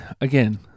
Again